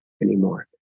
anymore